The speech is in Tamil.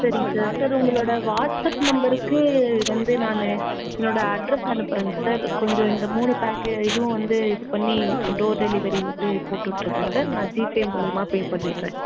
சரிங்க சார் சார் உங்களோடய வாட்ஸ்அப் நம்பருக்கு வந்து நான் என்னோடய அட்ரஸ் அனுப்புறங்க சார் கொஞ்சம் இந்த மூணு பேக்கு இதுவும் வந்து இது பண்ணி டோர் டெலிவரி வந்து போட்டு விட்டிருங்க சார் நான் ஜீபே மூலயுமா பே பண்ணிடறேன்